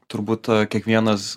turbūt kiekvienas